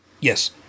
Yes